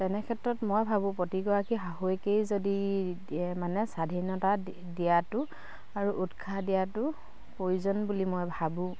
তেনেক্ষেত্ৰত মই ভাবোঁ প্ৰতিগৰাকী শাহুয়েকেই যদি মানে স্বাধীনতা দিয়াটো আৰু উৎসাহ দিয়াটো প্ৰয়োজন বুলি মই ভাবোঁ